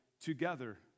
together